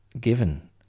given